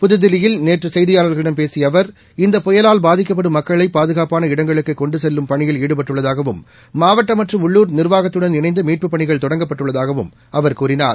புத்தில்லியில் நேற்று செய்தியாளர்களிடம் பேசிய அவர் இந்த புயவால் பாதிக்கப்படும் மக்களை பாதுகாப்பான இடங்களுக்கு கொண்டு செல்லும் பணியில் ஈடுபட்டுள்ளதாகவும் மாவட்ட மற்றும் உள்ளூர் நிர்வாகத்துடன் இணைந்து மீட்புப் பணிகள் தொடங்கப்பட்டுள்ளதாகவும் அவர் கூறினார்